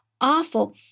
awful